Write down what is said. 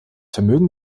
vermögen